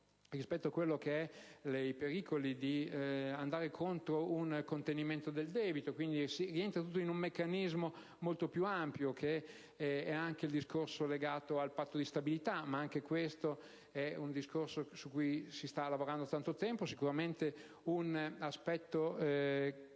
rispetto ai pericoli di andare contro un contenimento del debito. Rientra tutto in un meccanismo molto più ampio. Vi è anche il discorso legato al Patto di stabilità, ma anche questo è un discorso su cui si sta lavorando da tanto tempo. Sicuramente è un aspetto